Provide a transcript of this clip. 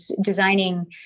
designing